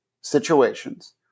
situations